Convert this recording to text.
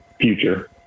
future